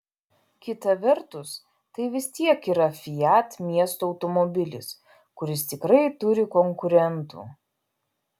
kita vertus tai vis tiek yra fiat miesto automobilis kuris tikrai turi konkurentų